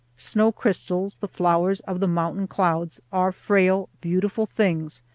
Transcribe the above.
snow-crystals, the flowers of the mountain clouds, are frail, beautiful things,